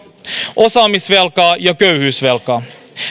osaamisvelkaa ja köyhyysvelkaa